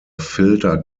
filter